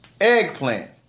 eggplant